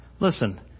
Listen